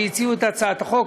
שהציעו את הצעת החוק,